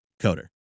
coder